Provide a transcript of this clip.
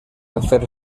hacer